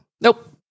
Nope